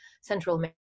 Central